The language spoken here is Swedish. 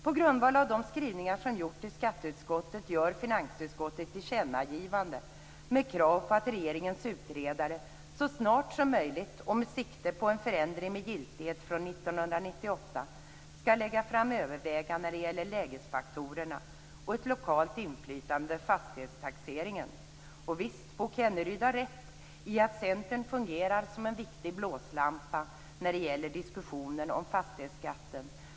På grundval av de skrivningar som gjorts i skatteutskottet gör finansutskottet ett tillkännagivande med krav på att regeringens utredare så snart som möjligt, och med sikte på en förändring med giltighet från 1998, skall lägga fram överväganden när det gäller lägesfaktorerna och ett lokalt inflytande över fastighetstaxeringen. Visst! Rolf Kenneryd har rätt i att Centern fungerar som en viktig blåslampa när det gäller diskussionen om fastighetsskatten.